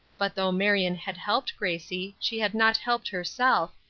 but though marion had helped gracie she had not helped herself,